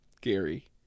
Gary